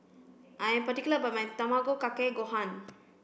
I am particular about my Tamago Kake Gohan